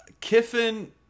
Kiffin